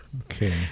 Okay